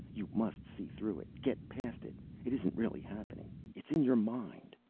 you must see through it, get past it. it isn't really happening, it's in your mind.